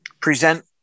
present